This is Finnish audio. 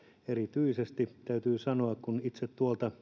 erityisesti täytyy sanoa kun itse